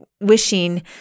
wishing